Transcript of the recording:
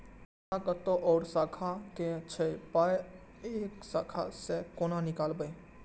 खाता कतौ और शाखा के छै पाय ऐ शाखा से कोना नीकालबै?